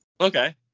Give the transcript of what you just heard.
Okay